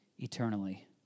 Eternally